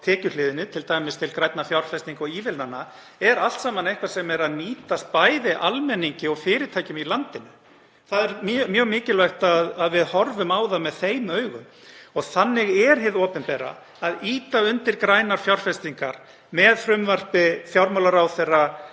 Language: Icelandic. á tekjuhliðinni, fer t.d. til grænna fjárfestinga og ívilnana, er allt saman eitthvað sem nýtist bæði almenningi og fyrirtækjum í landinu. Það er mjög mikilvægt að við horfum á það með þeim augum. Þannig er hið opinbera að ýta undir grænar fjárfestingar með frumvarpi fjármálaráðherra